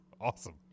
Awesome